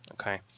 Okay